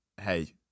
hey